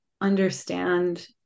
understand